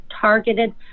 targeted